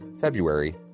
February